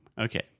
Okay